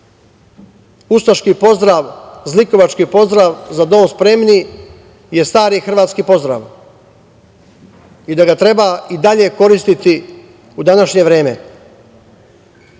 ustaški pozdrav, zlikovački pozdrav „za dom spremni“ je stari hrvatski pozdrav i da ga treba i dalje koristiti u današnje vreme.I